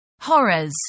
Horrors